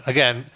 Again